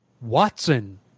Watson